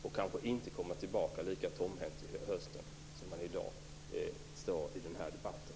Då kanske man inte kommer tillbaka lika tomhänt till hösten som man i dag är i den här debatten.